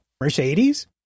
mercedes